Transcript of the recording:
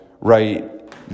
right